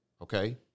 okay